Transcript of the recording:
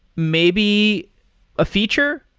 maybe a feature.